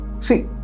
See